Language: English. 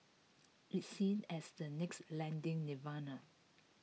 it's seen as the next lending nirvana